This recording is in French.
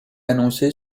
annoncée